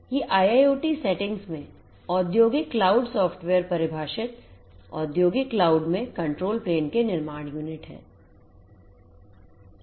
ये IIoT settings में औद्योगिक क्लाउड सॉफ़्टवेयर परिभाषित औद्योगिक क्लाउड में Controlप्लेन के निर्माण यूनिट हैं